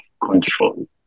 control